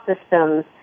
systems